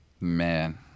Man